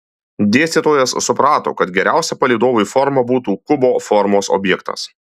dėstytojas suprato kad geriausia palydovui forma būtų kubo formos objektas